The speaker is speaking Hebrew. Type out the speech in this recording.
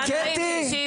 בסך הכול, שאלתי שאלה.